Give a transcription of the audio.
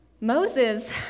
Moses